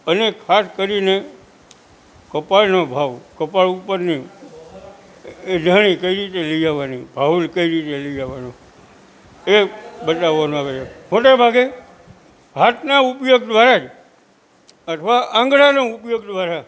અને ખાસ કરીને કપાળનો ભાવ કપાળ ઉપરની એ જાણી કઈ રીતે લઈ આવાની ભાવ કઈ રીતે લઈ આવવાનો એ બતાવાનો આવે મોટાભાગે હાથના ઉપયોગ દ્વારા જ અથવા આંગળાના ઉપયોગ દ્વારા